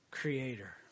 creator